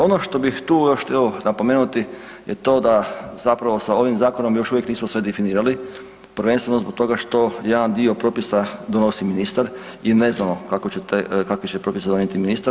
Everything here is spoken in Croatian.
Ono što bih tu još htio napomenuti je to da zapravo sa ovim zakonom još uvijek nismo sve definirali prvenstveno zbog toga što jedan dio propisa donosi ministar i ne znamo kakve će propise donijeti ministar.